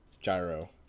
Gyro